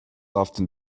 often